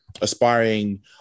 aspiring